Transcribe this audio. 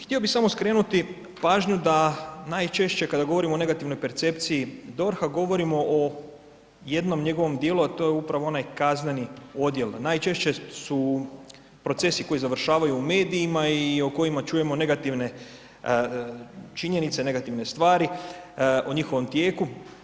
Htio bih samo skrenuti pažnju da najčešće kada govorimo o negativnoj percepciji DORH-a, govorimo o jednom njegovom dijelu, a to je upravo kazneni odjel, najčešće su procesi koji završavaju u medijima i o kojima čujemo negativne činjenice, negativne stvari o njihovom tijeku.